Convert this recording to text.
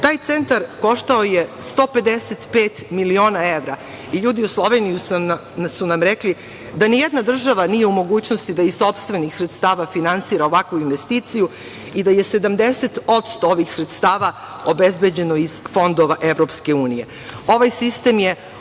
Taj centar koštao je 155 miliona evra. Ljudi u Sloveniji su nam rekli da nijedna država nije u mogućnosti da iz sopstvenih sredstava finansira ovakvu investiciju i da je 70% ovih sredstava obezbeđeno iz fondova EU.Ovaj sistem je